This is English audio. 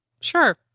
Sure